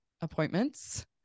appointments